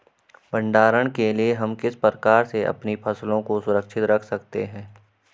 भंडारण के लिए हम किस प्रकार से अपनी फसलों को सुरक्षित रख सकते हैं?